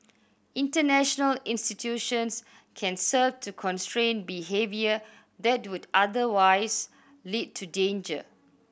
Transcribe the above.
international institutions can serve to constrain behaviour that would otherwise lead to danger